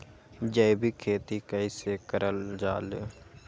जैविक खेती कई से करल जाले?